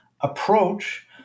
approach